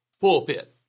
pulpit